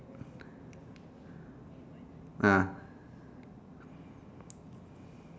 ah